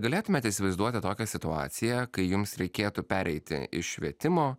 galėtumėte įsivaizduoti tokią situaciją kai jums reikėtų pereiti iš švietimo